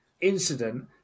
incident